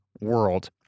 world